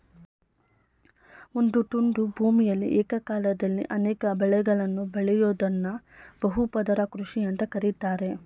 ಒಂದು ತುಂಡು ಭೂಮಿಯಲಿ ಏಕಕಾಲದಲ್ಲಿ ಅನೇಕ ಬೆಳೆಗಳನ್ನು ಬೆಳಿಯೋದ್ದನ್ನ ಬಹು ಪದರ ಕೃಷಿ ಅಂತ ಕರೀತಾರೆ